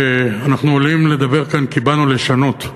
שאנחנו עולים לדבר כאן כי באנו לשנות,